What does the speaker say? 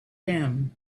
them